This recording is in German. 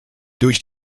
durch